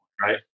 right